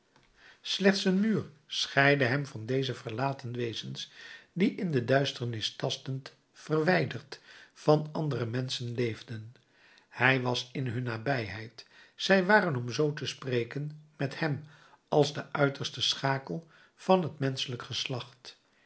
slechts een muur scheidde hem van deze verlaten wezens die in de duisternis tastend verwijderd van andere menschen leefden hij was in hun nabijheid zij waren om zoo te spreken met hem als de uiterste schakel van het menschelijk geslacht